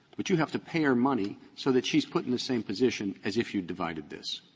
but you have to pay her money so that's she's put in the same position as if you'd divided this.